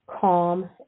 calm